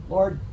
Lord